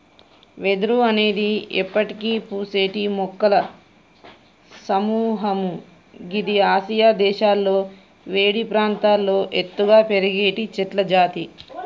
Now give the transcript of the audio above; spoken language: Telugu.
వెదురు అనేది ఎప్పటికి పూసేటి మొక్కల సముహము గిది ఆసియా దేశాలలో వేడి ప్రాంతాల్లో ఎత్తుగా పెరిగేటి చెట్లజాతి